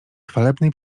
chwalebnej